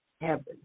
heaven